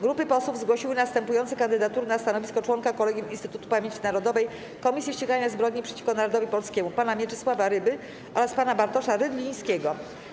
Grupy posłów zgłosiły następujące kandydatury na stanowisko członka Kolegium Instytutu Pamięci Narodowej - Komisji Ścigania Zbrodni przeciwko Narodowi Polskiemu: pana Mieczysława Ryby oraz pana Bartosza Rydlińskiego.